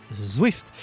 Zwift